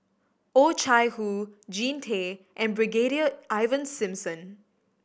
Oh Chai Hoo Jean Tay and Brigadier Ivan Simson